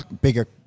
bigger